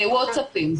זה ווטסאפים,